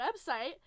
website